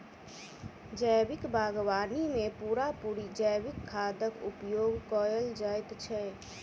जैविक बागवानी मे पूरा पूरी जैविक खादक उपयोग कएल जाइत छै